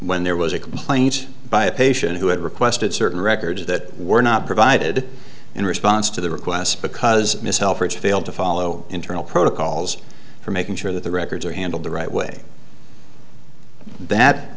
when there was a complaint by a patient who had requested certain records that were not provided in response to the request because it's failed to follow internal protocols for making sure that the records are handled the right way that